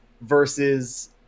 versus